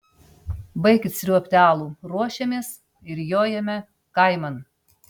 baikit sriuobti alų ruošiamės ir jojame kaiman